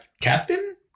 captain